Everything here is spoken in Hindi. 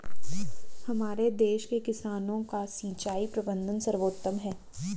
हमारे देश के किसानों का सिंचाई प्रबंधन सर्वोत्तम है